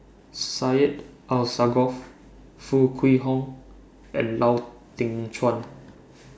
Syed Alsagoff Foo Kwee Horng and Lau Teng Chuan